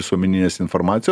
visuomeninės informacijos